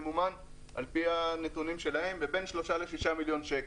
ממומן על פי הנתונים שלהם בסכום של בין שלושה לשישה מיליון שקלים.